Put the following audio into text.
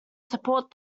support